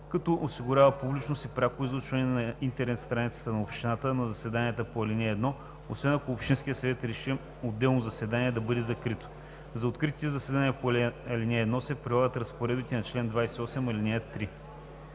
като осигурява публичност и пряко излъчване на интернет страницата на общината на заседанията по ал. 1, освен ако общинският съвет реши отделно заседание да бъде закрито. За откритите заседания по ал. 1 се прилагат разпоредбите на чл. 28, ал. 3.